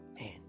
man